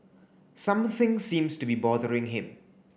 something seems to be bothering him